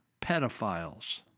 pedophiles